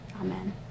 Amen